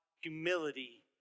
humility